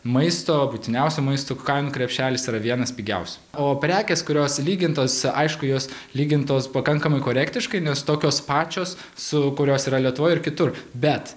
maisto būtiniausių maisto kainų krepšelis yra vienas pigiausių o prekės kurios lygintos aišku jos lygintos pakankamai korektiškai nes tokios pačios su kurios yra lietuvoj ir kitur bet